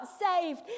saved